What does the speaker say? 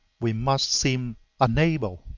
we must seem unable